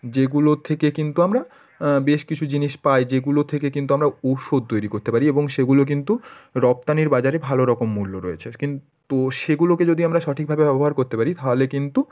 যেগুলোর থেকে কিন্তু আমরা বেশ কিছু জিনিস পাই যেগুলো থেকে কিন্তু আমরা ওষুধ তৈরি কোত্তে পারি এবং সেগুলো কিন্তু রপ্তানির বাজারে ভালো রকম মূল্য রয়েছে কিন্তু সেগুলোকে যদি আমরা সঠিকভাবে ব্যবহার করতে পারি থাহলে কিন্তু